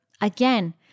Again